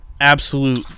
absolute